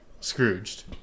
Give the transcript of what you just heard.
Scrooged